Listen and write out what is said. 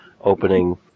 opening